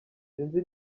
sinzi